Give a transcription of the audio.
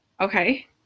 okay